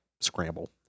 scramble